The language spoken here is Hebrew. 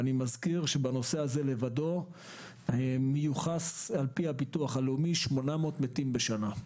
אני מזכיר שלנושא הזה לבדו מיוחסים על פי הביטוח הלאומי 800 מתים בשנה.